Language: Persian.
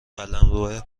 قلمروه